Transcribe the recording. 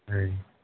ఆయ్